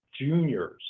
juniors